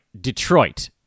Detroit